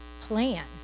plan